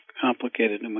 complicated